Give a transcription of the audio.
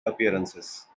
appearances